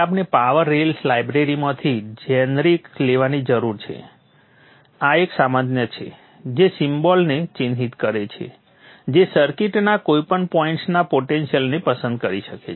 પછી આપણે power rails લાઇબ્રેરીમાંથી જેનેરિક લેવાની જરૂર છે આ એક સામાન્ય છે જે સિમ્બોલને ચિહ્નિત કરે છે જે સર્કિટના કોઈપણ પોઇન્ટ્સના પોટેન્શિયલ્સને પસંદ કરી શકે છે